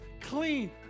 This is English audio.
clean